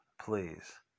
please